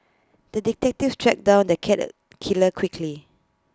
the detective tracked down the cat killer quickly